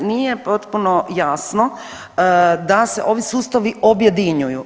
Ne nije potpuno jasno da se ovi sustavi objedinjuju.